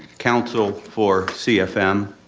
counsel for cfm.